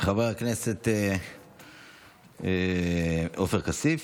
חבר הכנסת עופר כסיף,